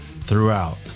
throughout